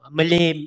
Malay